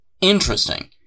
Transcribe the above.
interesting